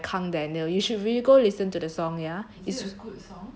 it's called something by kang daniel you should really go listen to the song ya